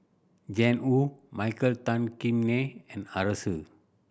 Jiang Hu Michael Tan Kim Nei and Arasu